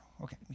Okay